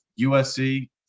USC